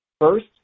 First